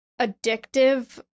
addictive